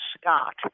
Scott